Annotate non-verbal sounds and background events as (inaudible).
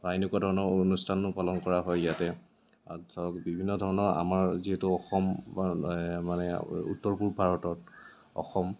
বা এনেকুৱা ধৰণৰ অনুষ্ঠানো পালন কৰা হয় ইয়াতে (unintelligible) বিভিন্ন ধৰণৰ আমাৰ যিহেতু অসম মানে উত্তৰ পূব ভাৰতত অসম